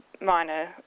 minor